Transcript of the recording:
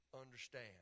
understand